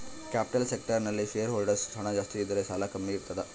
capital structure ನಲ್ಲಿ share holders ಹಣ ಜಾಸ್ತಿ ಇದ್ದರೆ ಸಾಲ ಕಮ್ಮಿ ಇರ್ತದ